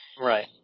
Right